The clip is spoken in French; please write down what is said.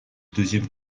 deuxième